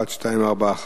1241,